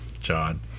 John